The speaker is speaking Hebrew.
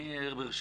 אני לא בטוח